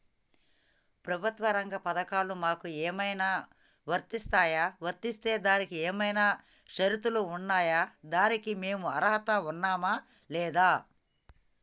ప్రభుత్వ రంగ పథకాలు మాకు ఏమైనా వర్తిస్తాయా? వర్తిస్తే దానికి ఏమైనా షరతులు ఉన్నాయా? దానికి మేము అర్హత ఉన్నామా లేదా?